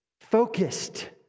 focused